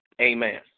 Amen